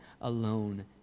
alone